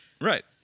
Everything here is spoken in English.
Right